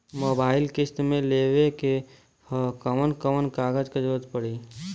Mobile किस्त मे लेवे के ह कवन कवन कागज क जरुरत पड़ी?